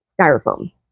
styrofoam